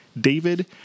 David